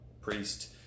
priest